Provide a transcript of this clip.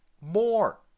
more